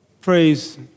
praise